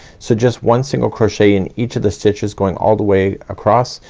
so just one single crochet in each of the stitches going all the way across.